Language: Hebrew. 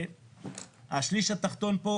השליש התחתון פה,